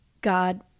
God